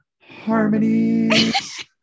harmonies